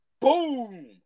Boom